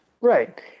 Right